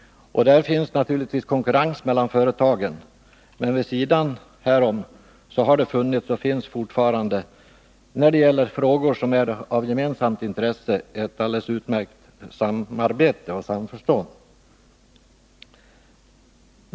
Det finns naturligtvis konkurrens mellan företagen, men vid sidan därav har det funnits, och finns fortfarande, ett alldeles utmärkt samarbete och samförstånd i frågor som är av gemensamt intresse.